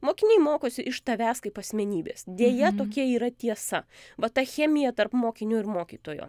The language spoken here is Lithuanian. mokiniai mokosi iš tavęs kaip asmenybės deja tokia yra tiesa va ta chemija tarp mokinio ir mokytojo